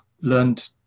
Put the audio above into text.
learned